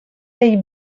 they